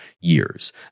years